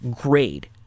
grade